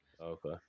Okay